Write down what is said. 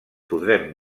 podrem